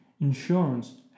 insurance